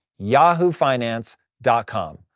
yahoofinance.com